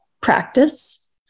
practice